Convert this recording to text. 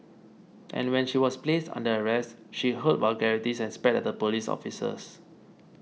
and when she was placed under arrest she hurled vulgarities and spat at the police officers